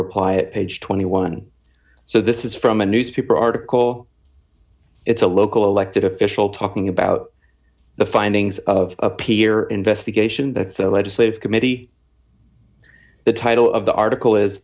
reply of page twenty one dollars so this is from a newspaper article it's a local elected official talking about the findings of a peer investigation that's the legislative committee the title of the article is